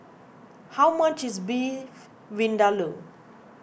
how much is Beef Vindaloo